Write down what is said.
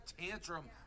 tantrum